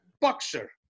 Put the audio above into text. boxer